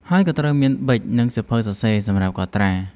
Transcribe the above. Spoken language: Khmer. ហើយក៏ត្រូវមាន ប៊ិក និងសៀវភៅសរសេរសម្រាប់កត់ត្រា។